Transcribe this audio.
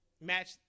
match